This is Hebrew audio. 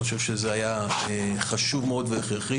אני חושב שזה היה חשוב מאוד והכרחי.